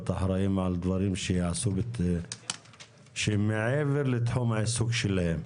להיות אחראים על דברים שנעשים מעבר לתחום העיסוק שלהם.